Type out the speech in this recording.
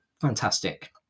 fantastic